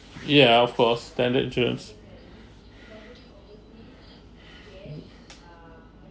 ya for standard insurance